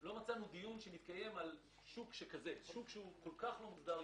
לא מצאנו דיון שמתקיים על שוק כל כך לא מוסדר,